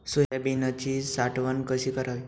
सोयाबीनची साठवण कशी करावी?